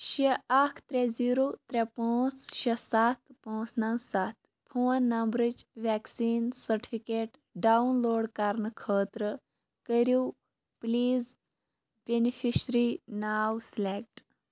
شےٚ اَکھ ترٛےٚ زیٖرو ترٛےٚ پانٛژھ شےٚ سَتھ پانٛژھ نَو سَتھ فون نمبرٕچ وٮ۪کسیٖن سٔٹفِکیٹ ڈاوُن لوڈ کرنہٕ خٲطرٕ کٔرِو پٕلیٖز بٮ۪نِفِشری ناو سِلٮ۪کٹ